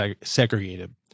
segregated